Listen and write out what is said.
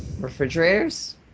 refrigerators